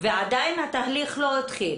ועדיין התהליך לא התחיל.